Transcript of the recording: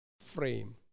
frame